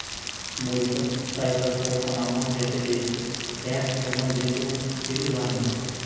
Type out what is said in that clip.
Mauritius, Cyprus और Panama जैसे देश टैक्स हैवन देशों के उदाहरण है